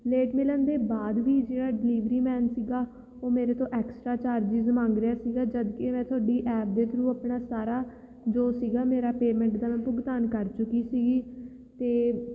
late ਮਿਲਣ ਦੇ ਬਾਅਦ ਵੀ ਜਿਹੜਾ ਡਿਲੀਵਰੀ ਮੈਨ ਸੀਗਾ ਉਹ ਮੇਰੇ ਤੋਂ ਐਕਸਟਰਾ ਚਾਰਜਿਸ ਮੰਗ ਰਿਹਾ ਸੀਗਾ ਜਦੋਂ ਕਿ ਮੈਂ ਤੁਹਾਡੀ ਐਪ ਦੇ ਥਰੂ ਆਪਣਾ ਸਾਰਾ ਜੋ ਸੀਗਾ ਮੇਰਾ ਪੇਮੈਂਟ ਦਾ ਭੁਗਤਾਨ ਕਰ ਚੁੱਕੀ ਸੀਗੀ ਅਤੇ